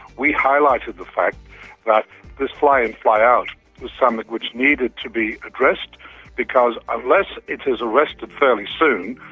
we highlighted the fact that this fly in fly out was something which needed to be addressed addressed because unless it is arrested fairly soon,